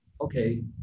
okay